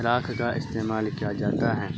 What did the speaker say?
راکھ کا استعمال کیا جاتا ہے